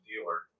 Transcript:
dealer